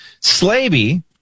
Slaby